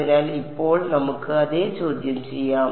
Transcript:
അതിനാൽ ഇപ്പോൾ നമുക്ക് അതെ ചോദ്യം ചെയ്യാം